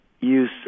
Use